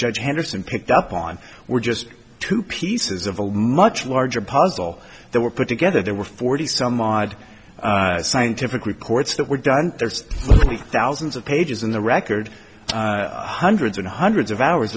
judge henderson picked up on were just two pieces of a much larger puzzle that were put together there were forty some odd scientific records that were done there's thousands of pages in the record hundreds and hundreds of hours